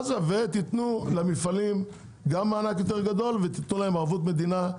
ותיתנו למפעלים גם מענק יותר גדול ותנו להם ערבות מדינה,